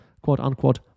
quote-unquote